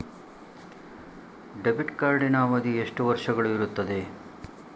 Debit ಕಾರ್ಡಿನ ಅವಧಿ ಎಷ್ಟು ವರ್ಷಗಳು ಇರುತ್ತದೆ?